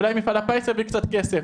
אולי מפעל הפיס יביא קצת כסף.